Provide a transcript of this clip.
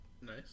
nice